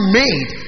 made